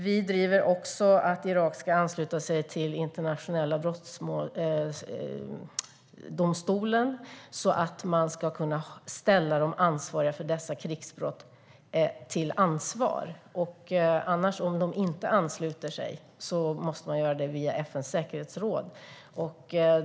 Vi driver också att Irak ska ansluta sig till Internationella brottmålsdomstolen så att de ansvariga för dessa krigsbrott ska kunna ställas till svars. Om de inte ansluter sig måste man göra det via FN:s säkerhetsråd.